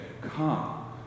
come